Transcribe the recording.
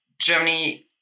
Germany